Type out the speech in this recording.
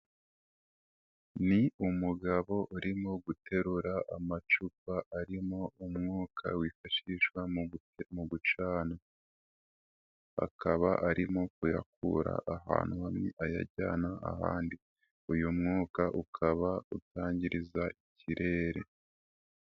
Ni umugabo urimo guterura amacupa arimo umwuka wifashishwa mu gucana, akaba arimo kuyakura ahantu hamwe ayajyana ahandi, uyu mwuka ukaba utangiriza ikirere.